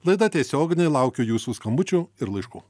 laida tiesioginė laukiu jūsų skambučių ir laiškų